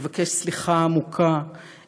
לבקש סליחה עמוקה,